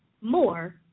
more